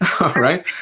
right